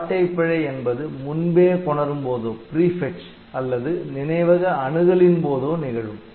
பாட்டை பிழை என்பது முன்பே கொணரும்போதோ அல்லது நினைவக அணுகலின் போதோ நிகழும்